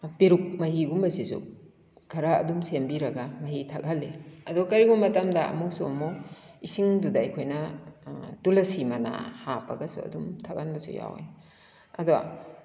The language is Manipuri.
ꯄꯦꯔꯨꯛ ꯃꯍꯤꯒꯨꯝꯕꯁꯤꯁꯨ ꯈꯔꯥ ꯑꯗꯨꯝ ꯁꯦꯝꯕꯤꯔꯒ ꯃꯍꯤ ꯊꯛꯍꯟꯂꯤ ꯑꯗꯣ ꯀꯔꯤꯒꯨꯝꯕ ꯃꯇꯝꯗ ꯑꯃꯨꯛꯁꯨ ꯑꯃꯨꯛ ꯏꯁꯤꯡꯗꯨꯗ ꯑꯩꯈꯣꯏꯅ ꯇꯨꯂꯥꯁꯤ ꯃꯅꯥ ꯍꯥꯞꯄꯒꯁꯨ ꯑꯗꯨꯝ ꯊꯥꯛꯍꯟꯕꯁꯨ ꯌꯥꯎꯏ ꯑꯗꯣ